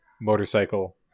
motorcycle